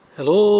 Hello